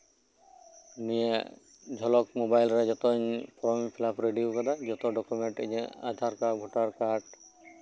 ᱱᱤᱭᱟᱹ ᱡᱷᱚᱞᱚᱠ ᱢᱳᱵᱟᱭᱤᱞ ᱨᱮ ᱡᱷᱚᱛᱚᱧ ᱯᱷᱨᱢ ᱯᱷᱤᱞᱟᱯ ᱨᱮᱰᱤ ᱟᱠᱟᱫᱟ ᱡᱷᱚᱛᱚ ᱰᱚᱠᱳᱢᱮᱱᱴ ᱤᱧᱟᱹᱜ ᱟᱫᱷᱟᱨ ᱠᱟᱨᱰ ᱵᱷᱳᱴᱟᱨᱠᱟᱨᱰ